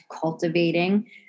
cultivating